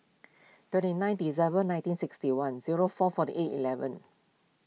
twenty nine December nineteen sixty one zero four forty eight eleven